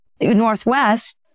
Northwest